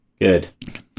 Good